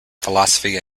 philosophy